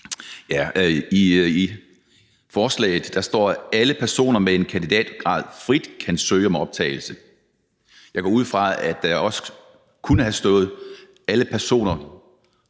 I forslaget står der, at alle personer med en kandidatgrad frit kan søge om optagelse. Jeg går ud fra, at der også kunne have stået, at alle personer